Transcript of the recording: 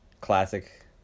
classic